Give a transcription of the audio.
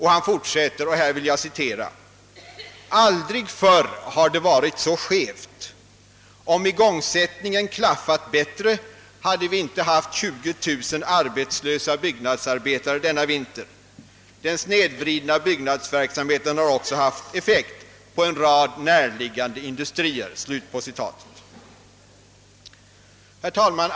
Han fortsätter: »Aldrig förr har det varit så skevt. Om igångsättningen klaffat bättre, hade vi inte haft 20000 arbetslösa byggnadsarbetare denna vinter. Den snedvridna byggnadsverksamheten har också haft effekt på en rad närliggande industrier.» Herr talman!